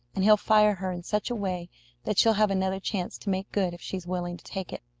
and he'll fire her in such a way that she'll have another chance to make good if she's willing to take it.